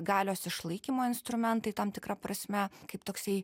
galios išlaikymo instrumentai tam tikra prasme kaip toksai